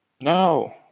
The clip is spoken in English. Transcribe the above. no